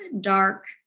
dark